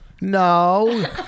No